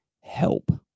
help